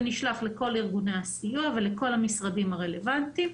זה נשלח לכל ארגוני הסיוע ולכל המשרדים הרלוונטיים.